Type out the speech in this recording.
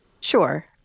sure